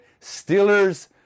Steelers